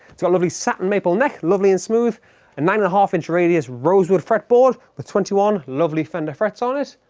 it's a lovely satin maple neck lovely and smooth and nine and a half inch radius rosewood fretboard with twenty one lovely fender frets on it.